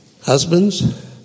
Husbands